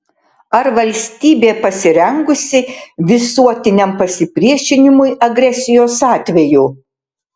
ar valstybė pasirengusi visuotiniam pasipriešinimui agresijos atveju